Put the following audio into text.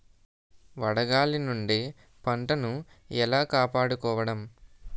వడగాలి నుండి పంటను ఏలా కాపాడుకోవడం?